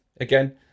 again